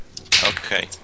Okay